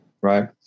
right